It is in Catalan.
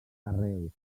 carreus